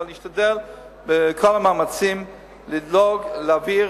אבל אני אשתדל בכל המאמצים לדאוג להעביר